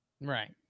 Right